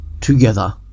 together